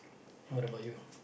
what about you